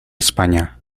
españa